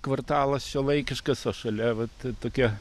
kvartalas šiuolaikiškas o šalia vat tokie